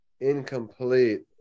incomplete